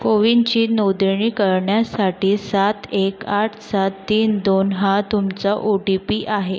कोविनची नोंदणी करण्यासाठी सात एक आठ सात तीन दोन हा तुमचा ओ टी पी आहे